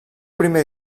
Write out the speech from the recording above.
primer